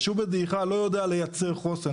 ישוב בדעיכה לא יודע לייצר חוסן,